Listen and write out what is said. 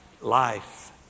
life